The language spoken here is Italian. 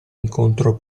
incontro